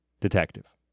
detective